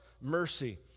mercy